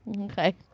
Okay